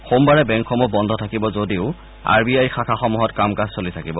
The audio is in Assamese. সোমবাৰে বেংকসমূহ বন্ধ থাকিব যদিও আৰ বি আইৰ শাখআসমূহত কাম কাজ চলি থাকিব